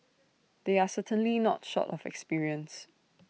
they are certainly not short of experience